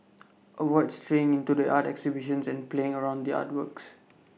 avoid straying into the art exhibitions and playing around the artworks